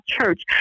church